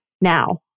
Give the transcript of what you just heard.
now